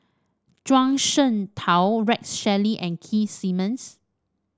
Zhuang Shengtao Rex Shelley and Keith Simmons